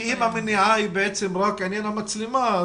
אם המניעה היא רק עניין המצלמה,